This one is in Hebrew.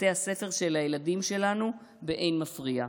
בבתי הספר של הילדים שלנו באין מפריע.